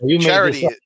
charity